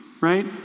right